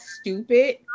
stupid